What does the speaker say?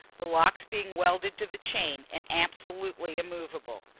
the locks being welded to the chain and absolutely immovable.